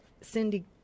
Cindy